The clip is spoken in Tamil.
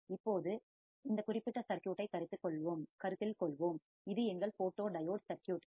இப்போது இந்த குறிப்பிட்ட சர்க்யூட் ஐ கருத்தில் கொள்வோம் இது எங்கள் போட்டோ டயோட் சர்க்யூட்